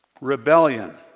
Rebellion